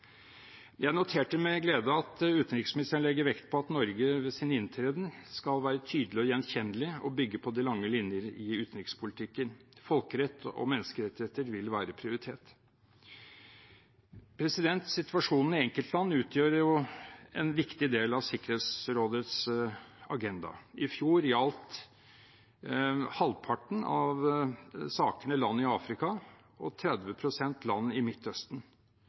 Jeg noterte med glede at utenriksministeren la vekt på at Norge ved sin inntreden skal være tydelig og gjenkjennelig og bygge på de lange linjer i utenrikspolitikken. Folkeretten og menneskerettigheter vil være prioritert. Situasjonen i enkeltland utgjør en viktig del av Sikkerhetsrådets agenda. I fjor gjaldt halvparten av sakene land i Afrika og 30 pst. land i Midtøsten.